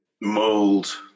mold